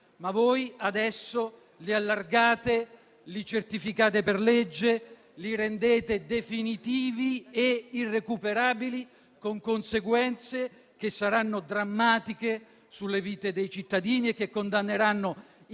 ma voi adesso li allargate, li certificate per legge e li rendete definitivi e irrecuperabili, con conseguenze che saranno drammatiche sulle vite dei cittadini e che condanneranno